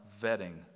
vetting